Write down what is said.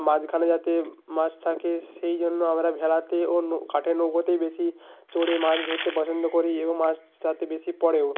মাঝখানে যাতে মাছ থাকে সেই জন্য আমরা ভেলাতে ও কাঠের নৌকোতেই বেশি চড়ে মাছ ধরতে পছন্দ করি এবং মাছ তাতে বেশি পড়েও